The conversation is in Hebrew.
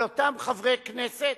על אותם חברי כנסת.